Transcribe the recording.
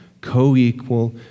co-equal